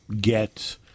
get